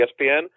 ESPN